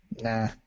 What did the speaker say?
Nah